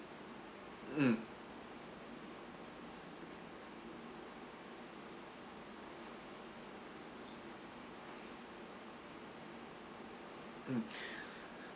mm mm